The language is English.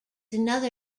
another